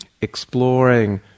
exploring